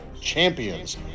champions